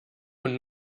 und